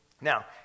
Now